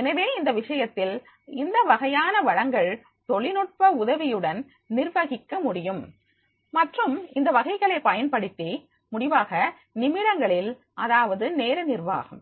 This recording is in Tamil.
எனவே இந்த விஷயத்தில் இந்த வகையான வளங்கள் தொழில்நுட்ப உதவியுடன் நிர்வகிக்க முடியும் மற்றும் இந்த வகைகளை பயன்படுத்தி முடிவாக நிமிடங்களில் அதாவது நேர நிர்வாகம்